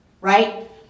right